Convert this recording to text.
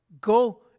Go